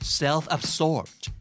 self-absorbed